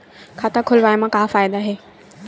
खाता खोलवाए मा का फायदा हे